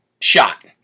shot